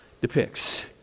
depicts